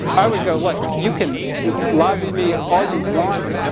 i would go, like, you can lobby me all you want,